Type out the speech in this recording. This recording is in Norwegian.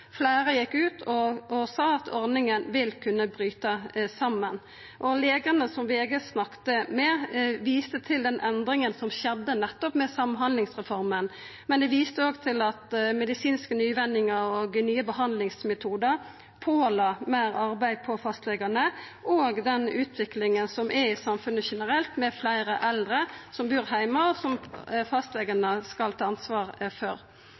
Fleire gjekk ut og sa at ordninga vil kunna bryta saman. Og legane som VG snakka med, viste til den endringa som skjedde nettopp med samhandlingsreforma, men dei viste òg til at medisinske nyvinningar og nye behandlingsmetodar påla fastlegane meir arbeid og òg til den utviklinga som er i samfunnet generelt med fleire eldre som bur heime, og som fastlegane skal ta ansvar for.